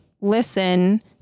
listen